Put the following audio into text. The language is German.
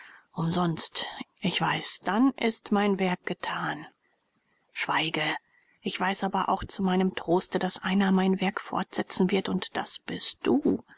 umsonst ich weiß dann ist mein werk getan schweige ich weiß aber auch zu meinem troste daß einer mein werk fortsetzen wird und das bist du